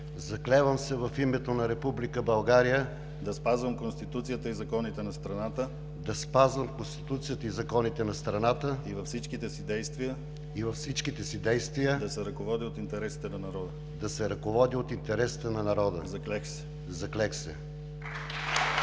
„Заклевам се в името на Република България да спазвам Конституцията и законите на страната и във всичките си действия да се ръководя от интересите на народа. Заклех се!“